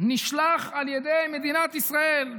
נשלח על ידי מדינת ישראל,